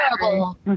Terrible